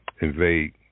invade